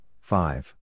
Five